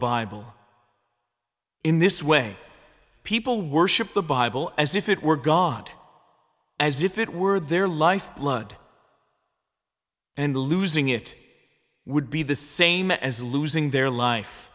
bible in this way people worship the bible as if it were god as if it were their life blood and losing it would be the same as losing their life